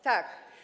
Tak.